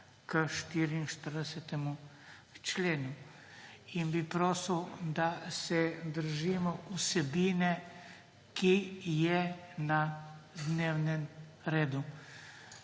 k 44. členu, in bi prosil, da se držimo vsebine, ki je na dnevnem redu.